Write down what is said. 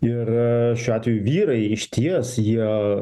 ir šiuo atveju vyrai išties jie